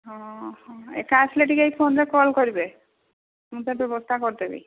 ହଁ ହଁ ହଁ ଏକା ଆସିଲେ ଟିକେ ଏଇ ଫୋନ୍ରେ କଲ୍ କରିବେ ମୁଁ ତା ବ୍ୟବସ୍ଥା କରିଦେବି